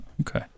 Okay